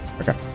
Okay